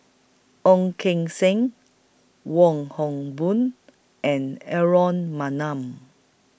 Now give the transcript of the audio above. Ong Keng Sen Wong Hock Boon and Aaron Maniam